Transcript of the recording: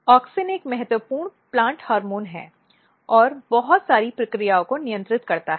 auxin एक महत्वपूर्ण पौधा हार्मोन है और बहुत सारी प्रक्रियाओं को नियंत्रित करता है